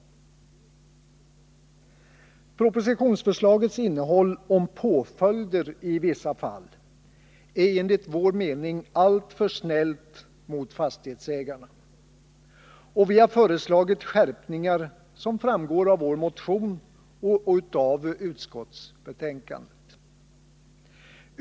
Propositionsförslagets innehåll om påföljder i vissa fall är enligt vår mening alltför snällt mot fastighetsägarna, och vi har föreslagit skärpningar, som framgår av vår motion och av utskottsbetänkandet.